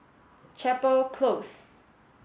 Chapel Close